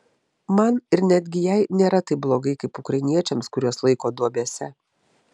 man ir netgi jai nėra taip blogai kaip ukrainiečiams kuriuos laiko duobėse